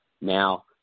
Now